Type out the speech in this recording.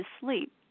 sleep